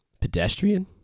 pedestrian